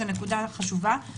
זאת נקודה לחשיבה.